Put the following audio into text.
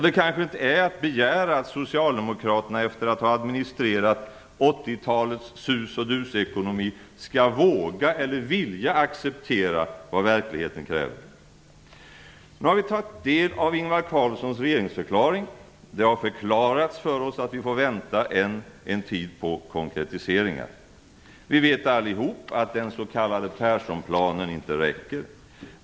Det kanske inte är att begära att socialdemokraterna efter att ha administrerat 80-talets sus-och-dus-ekonomi skall våga eller vilja acceptera vad verkligheten kräver. Nu har vi tagit del av Ingvar Carlssons regeringsförklaring. Det har förklarats för oss att vi får vänta än en tid på konkretiseringar. Vi vet allihop att den s.k. Perssonplanen inte räcker.